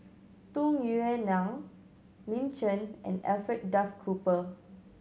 Tung Yue Nang Lin Chen and Alfred Duff Cooper